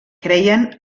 creien